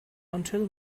until